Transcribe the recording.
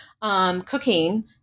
cooking